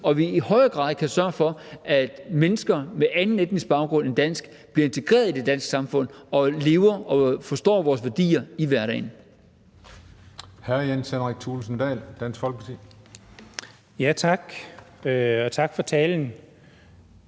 og vi i højere grad kan sørge for, at mennesker med anden etnisk baggrund end dansk bliver integreret i det danske samfund og lever op til og forstår vores værdier i hverdagen. Kl. 11:20 Den fg. formand (Christian Juhl): Hr. Jens